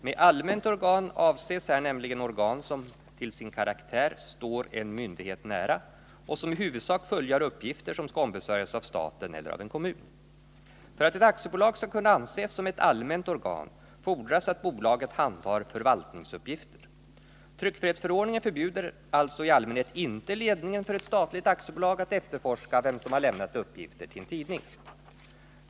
Med ”allmänt organ” avses här nämligen organ som till sin karaktär står en myndighet nära och som i huvudsak fullgör uppgifter som skall ombesörjas av staten eller av en kommun. För att ett aktiebolag skall kunna anses som ett allmänt organ fordras att bolaget handhar förvaltningsuppgifter. Tryckfrihetsförordningen förbjuder alltså i allmänhet inte ledningen för ett statligt aktiebolag att efterforska vem som har lämnat uppgifter till en tidning.